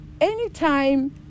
anytime